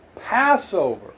Passover